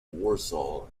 warsaw